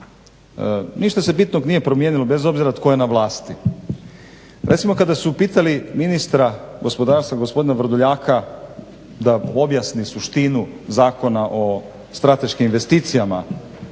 Ništa se bitnog nije promijenilo bez obzira tko je na vlasti. Recimo kada su pitali ministra gospodarstva gospodina Vrdoljaka da objasni suštinu Zakona o strateškim investicijama,